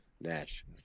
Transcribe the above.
Nash